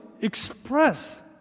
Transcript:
express